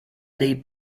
dei